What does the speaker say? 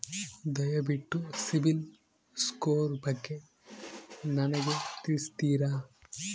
ದಯವಿಟ್ಟು ಸಿಬಿಲ್ ಸ್ಕೋರ್ ಬಗ್ಗೆ ನನಗೆ ತಿಳಿಸ್ತೀರಾ?